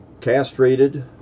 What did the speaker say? castrated